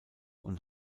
und